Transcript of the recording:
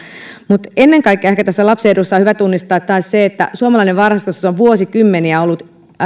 mutta ennen kaikkea lapsen edussa on ehkä hyvä tunnistaa taas se että suomalainen varhaiskasvatus on vuosikymmeniä ollut